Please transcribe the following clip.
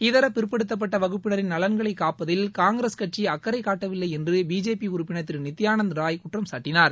இதரபிற்படுத்த பட்ட வகுப்பினரின் நலன்களை காப்பதில் காங்கிரஸ் கட்சி அக்கரை காட்டவில்லை என்று பிஜேபி உறுப்பினர் திரு நித்தியானந்த் ராய் குற்றம் சாட்டினார்